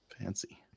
Fancy